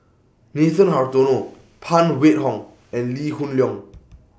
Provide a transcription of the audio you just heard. Nathan Hartono Phan Wait Hong and Lee Hoon Leong